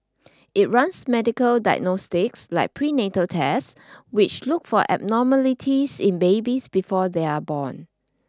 it runs medical diagnostics like prenatal tests which look for abnormalities in babies before they are born